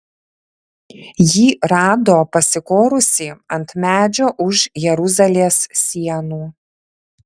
jį rado pasikorusį ant medžio už jeruzalės sienų